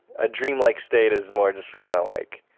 a dreamlike state is more just kind of like